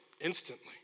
instantly